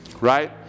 right